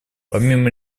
помимо